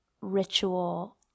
ritual